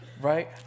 right